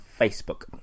Facebook